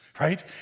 right